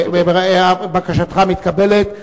בקשתך מתקבלת.